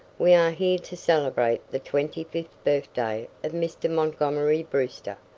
we are here to celebrate the twenty-fifth birthday of mr. montgomery brewster.